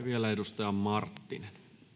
vielä edustaja marttinen